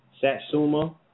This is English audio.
Satsuma